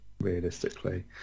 realistically